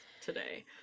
today